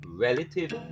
relative